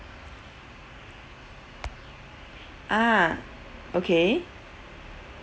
ah okay